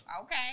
Okay